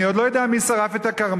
אני עוד לא יודע מי שרף את הכרמל,